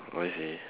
oh I see